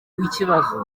w’ikibazo